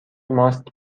ماست